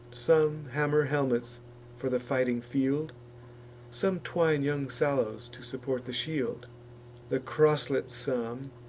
some hammer helmets for the fighting field some twine young sallows to support the shield the croslet some,